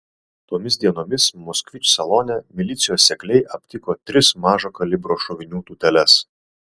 tomis dienomis moskvič salone milicijos sekliai aptiko tris mažo kalibro šovinių tūteles